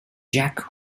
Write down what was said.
jack